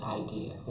idea